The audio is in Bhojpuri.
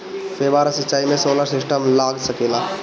फौबारा सिचाई मै सोलर सिस्टम लाग सकेला?